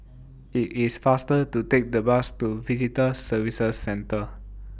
IT IS faster to Take The Bus to Visitor Services Centre